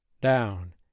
Down